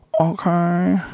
Okay